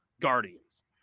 Guardians